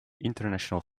international